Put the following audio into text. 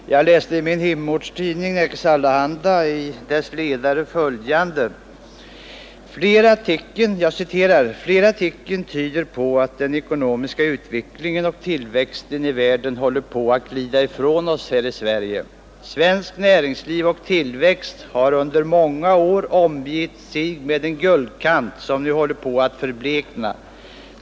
Fru talman! Jag läste i min hemorts tidning, Nerikes Allehanda, följande i en ledare: ”Flera tecken tyder på att den ekonomiska utvecklingen och tillväxten i världen håller på att glida ifrån oss här i Sverige. Svenskt näringsliv och tillväxt har under många år omgett sig med en guldkant 105 som nu håller på att förblekna.